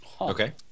Okay